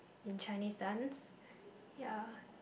in Chinese dance ya